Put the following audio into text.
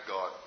God